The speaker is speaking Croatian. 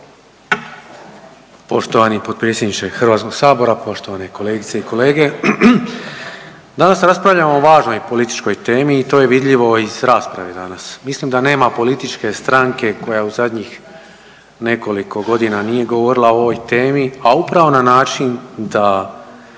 Poštovani potpredsjedniče HS-a, poštovane kolegice i kolege. Danas raspravljamo o važnoj političkoj temi i to je vidljivo iz rasprave danas, mislim da nema političke stranke koja u zadnjih nekoliko godina nije govorila o ovoj temi, a upravo na način da